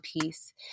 piece